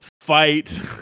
fight